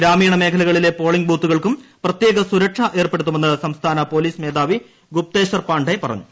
ഗ്രാമീണ മേഖലയിലെ പോളിംഗ് ബൂത്തുകൾക്കും പ്രത്യേക സുരക്ഷ ഏർപ്പെടുത്തുമെന്ന് സംസ്ഥാന പോലീസ് മേധാവി ഗുപേത്ശ്വർ പാണ്ഡെ പറഞ്ഞു